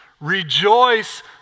Rejoice